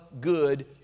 Good